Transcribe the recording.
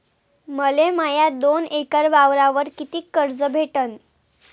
मले माया दोन एकर वावरावर कितीक कर्ज भेटन?